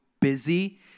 busy